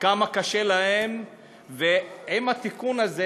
כמה קשה להם, ועם התיקון הזה